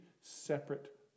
separate